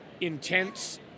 intense